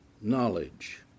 knowledge